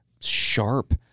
sharp